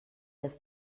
des